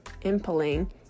impaling